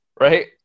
Right